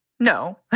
No